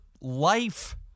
life